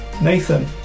Nathan